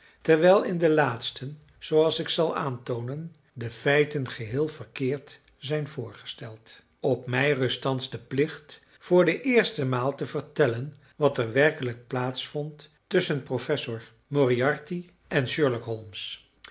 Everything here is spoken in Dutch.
terwijl in den laatsten zooals ik zal aantoonen de feiten geheel verkeerd zijn voorgesteld op mij rust thans de plicht voor de eerste maal te vertellen wat er werkelijk plaats vond tusschen professor moriarty en